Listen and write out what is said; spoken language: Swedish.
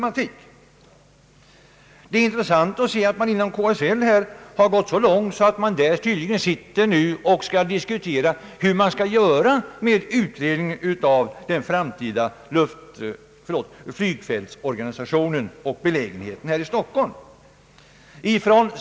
Det är intressant att se att KSL har gått så långt att man nu tydligen skall diskutera hur man skall göra med utredningen om den framtida flygfältsorganisationen och placeringen här i Stockholm.